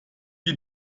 die